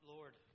Lord